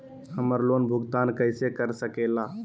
हम्मर लोन भुगतान कैसे कर सके ला?